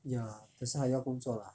ya 可是还要工作 lah